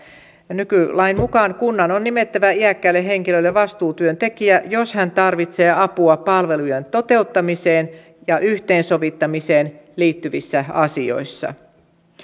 nykylain mukaan kunnan on nimettävä iäkkäälle henkilölle vastuutyöntekijä jos hän tarvitsee apua palvelujen toteuttamiseen ja yhteensovittamiseen liittyvissä asioissa